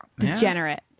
Degenerate